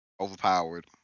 overpowered